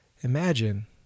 imagine